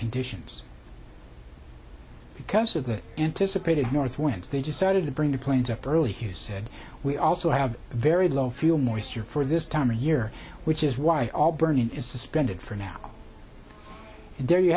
conditions because of the anticipated north winds they decided to bring the planes up early hugh said we also have very low fuel moisture for this time of year which is why all burning is suspended for now